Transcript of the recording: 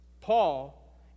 Paul